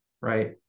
right